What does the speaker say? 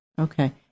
Okay